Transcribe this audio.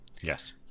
Yes